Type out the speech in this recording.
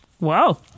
wow